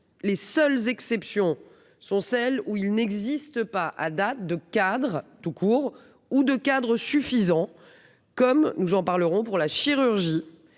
Les seules exceptions sont celles où il n'existe pas à date de cadre tout court ou de Khadr suffisant. Comme nous en parlerons pour la chirurgie